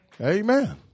Amen